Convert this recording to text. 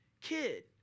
kid